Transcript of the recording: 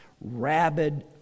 rabid